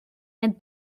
and